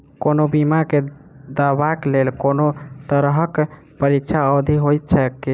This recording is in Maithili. कोनो बीमा केँ दावाक लेल कोनों तरहक प्रतीक्षा अवधि होइत छैक की?